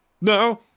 no